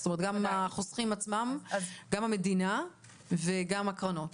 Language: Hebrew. גם המדינה וגם הקרנות.